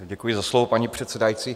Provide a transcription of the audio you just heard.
Děkuji za slovo, paní předsedající.